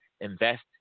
invest